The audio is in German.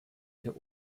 der